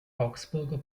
augsburger